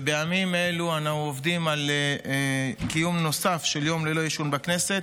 ובימים אלו אנחנו עובדים על קיום נוסף של יום ללא עישון בכנסת,